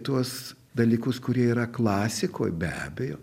tuos dalykus kurie yra klasikoj be abejo